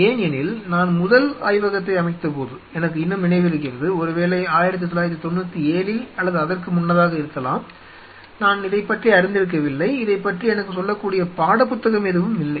ஏனெனில் நான் முதல் ஆய்வகத்தை அமைத்தபோது எனக்கு இன்னும் நினைவிருக்கிறது ஒருவேளை 1997 இல் அல்லது அதற்கு முன்னதாக இருக்கலாம் நான் இதைப்பற்றி அறிந்திருக்கவில்லை இதைப்பற்றி எனக்குச் சொல்லக்கூடிய பாடப்புத்தகம் எதுவும் இல்லை